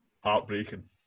heartbreaking